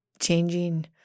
changing